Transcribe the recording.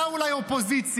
אתה אולי אופוזיציה,